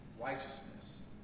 righteousness